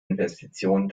investitionen